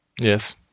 Yes